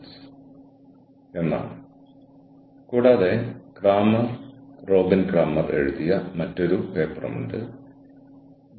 അതുകൊണ്ടാണ് പ്രഭാഷണത്തിന്റെ ഈ ഭാഗത്തിന് ഭാവിയിലേക്കുള്ള ഇമ്പ്ലിക്കേഷൻസ് എന്ന് ഞാൻ തലക്കെട്ട് നൽകിയിരിക്കുന്നത്